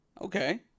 Okay